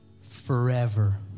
forever